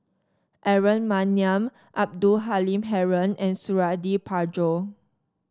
Aaron Maniam Abdul Halim Haron and Suradi Parjo